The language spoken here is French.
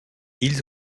ils